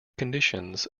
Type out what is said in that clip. conditions